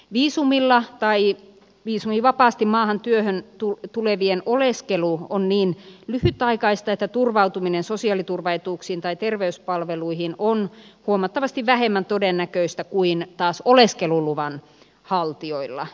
viisumilla tai viisumivapaasti maahan työhön tulevien oleskelu on niin lyhytaikaista että turvautuminen sosiaaliturvaetuuksiin tai terveyspalveluihin on huomattavasti vähemmän todennäköistä kuin taas oleskeluluvan haltijoilla